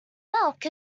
milk